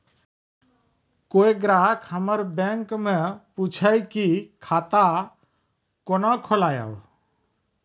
कोय ग्राहक हमर बैक मैं पुछे की खाता कोना खोलायब?